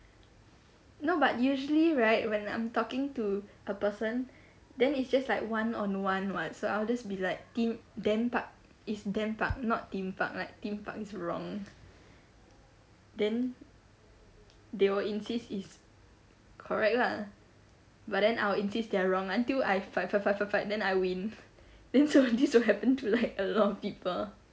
no but usually right when I'm talking to a person then it's just like one on one [what] so I'll just be like theme them park it's them park not theme park like theme park is wrong then they will insist it's correct lah but then I'll insist they're wrong until I f~ f~ f~ f~ fight then I win then so this happened to like a lot of people